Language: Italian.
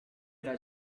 era